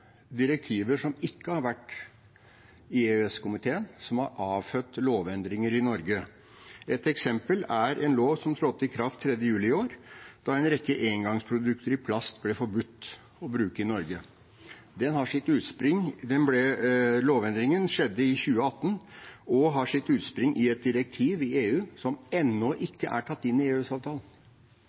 direktiver som ikke har vært i EØS-komiteen som har avfødt lovendringer i Norge. Et eksempel er en lov som trådte i kraft 3. juli i år, da en rekke engangsprodukter i plast ble forbudt å bruke i Norge. Lovendringen skjedde i 2018 og har sitt utspring i et EU-direktiv som ennå ikke er tatt inn i